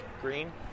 Green